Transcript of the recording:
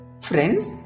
Friends